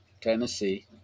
Tennessee